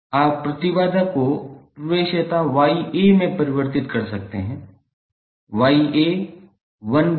आप प्रतिबाधा को प्रवेश्यता 𝑌𝐴 में परिवर्तित कर सकते हैं 𝑌𝐴 1 by ZA के अलावा कुछ नहीं हैं